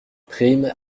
prime